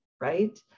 Right